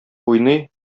уйный